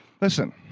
Listen